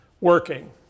working